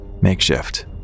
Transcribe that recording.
Makeshift